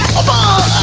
about